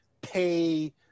pay